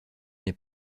n’ai